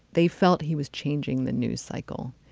they felt he was changing the news cycle,